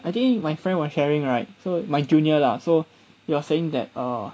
I think my friend was sharing right so my junior lah so you are saying that err